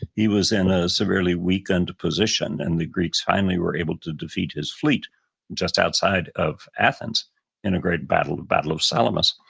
he was in a severely weakened position. and the greeks finally were able to defeat his fleet just outside of athens in a great battle, the battle of salamis.